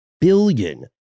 billion